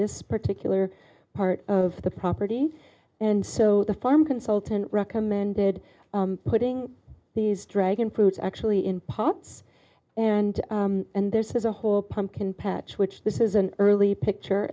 this particular part of the property and so the farm consultant recommended putting these dragon fruit actually in pots and and there's a whole pumpkin patch which this is an early picture